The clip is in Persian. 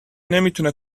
نمیتونه